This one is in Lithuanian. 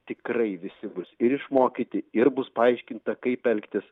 tikrai visi bus ir išmokyti ir bus paaiškinta kaip elgtis